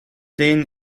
den